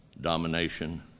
domination